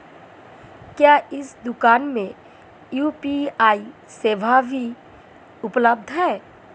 क्या इस दूकान में यू.पी.आई सेवा भी उपलब्ध है?